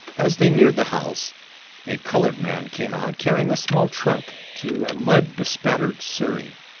as they neared the house a colored man came out, carrying a small trunk to a mud-bespattered surrey.